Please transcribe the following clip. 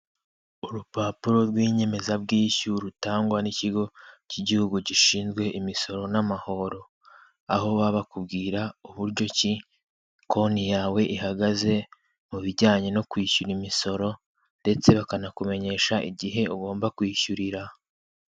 Urupapuro rw'inyemezabwishyu rutangwa n'ikigo cy'igihugu gishinzwe imisoro n'amahoro aho babakubwira uburyo ki konti yawe ihagaze mu bijyanye no kwishyura imisoro ndetse bakanakumenyesha igihe ugomba kwishyurira.